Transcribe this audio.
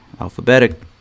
alphabetic